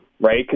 right